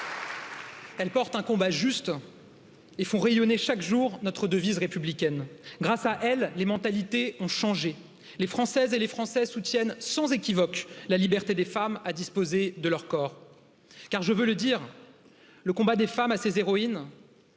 Il porte un combat juste et font rayonner chaque jour notre devise républicaine grâce à elles les mentalités ont changé les françaises et les français soutiennent sans équivoque la liberté des femmes à disposer de leur corps car je veux le dire le combat des femmes à ces héroïnes